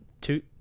two